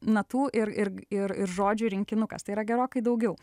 natų ir ir ir ir žodžių rinkinukas tai yra gerokai daugiau